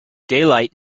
daylight